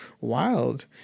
wild